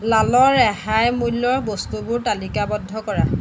লালৰ ৰেহাই মূল্যৰ বস্তুবোৰ তালিকাবদ্ধ কৰা